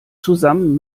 zusammen